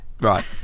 Right